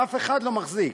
אף אחד לא מחזיק.